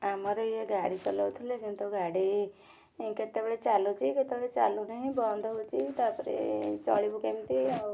ଆମର ଇଏ ଗାଡ଼ି ଚଲାଉଥିଲେ କିନ୍ତୁ ଗାଡ଼ି କେତେବେଳେ ଚାଲୁଛି କେତେବେଳେ ଚାଲୁନେଇ ବନ୍ଦ ହେଉଛି ତା'ପରେ ଚଳିବୁ କେମିତି ଆଉ